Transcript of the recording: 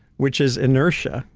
which is inertia.